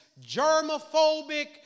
germophobic